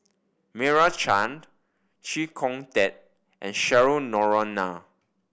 Meira Chand Chee Kong Tet and Cheryl Noronha